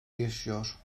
yaşıyor